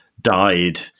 died